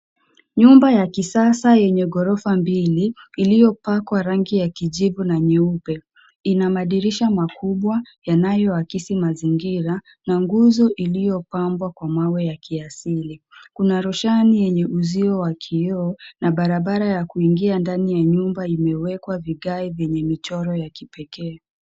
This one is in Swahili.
Nyumba ya kisasa yenye ghorofa mbili iliyopakwa rangi ya kijivu na nyeupe, ina madirisha makubwa yanayoakisi mazingira na nguzo iliyopambwa kwa mawe ya kiasili. Kuna roshani yenye uzio wa kioo na barabara ya kuingia ndani ya nyumba imewekwa vigae vyenye michoro ya kipekee.